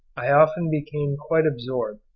i often became quite absorbed,